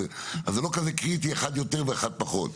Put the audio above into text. אז זה לא כזה קריטי אחד יותר ואחד פחות.